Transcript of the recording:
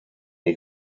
die